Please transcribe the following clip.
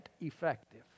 effective